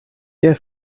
der